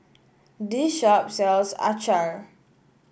this shop sells acar